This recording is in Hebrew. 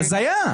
זה הזיה.